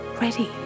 ready